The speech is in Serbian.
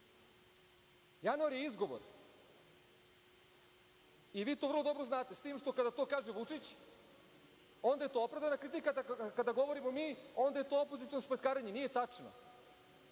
Januar je izgovor i vi to vrlo dobro znate, s tim što kada to kaže Vučić, onda je to opravdana kritika, a kada govorimo mi, onda je to opoziciono spletkarenje. Nije tačno.